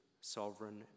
sovereign